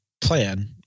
plan